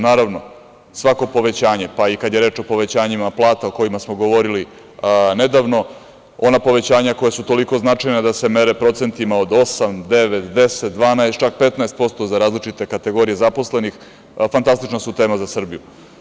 Naravno, svako povećanje, pa i kada je reč o povećanjima plata o kojima smo govorili nedavno, ona povećanja koja su toliko značajna da se mere procentima od osam, devet, deset, dvanaest, pa čak i petnaest posto za različite kategorije zaposlenih, fantastična su tema za Srbiju.